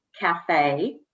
cafe